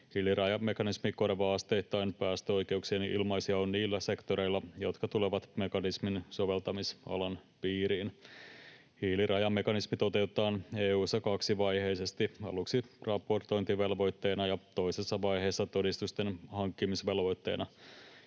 Hiilirajamekanismi korvaa asteittain päästöoikeuksien ilmaisjaon niillä sektoreilla, jotka tulevat mekanismin soveltamisalan piiriin. Hiilirajamekanismi toteutetaan EU:ssa kaksivaiheisesti: aluksi raportointivelvoitteena ja toisessa vaiheessa todistusten hankkimisvelvoitteena.